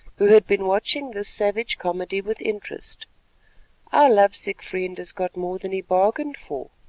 who had been watching this savage comedy with interest our love-sick friend has got more than he bargained for.